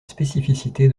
spécificité